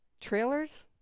trailers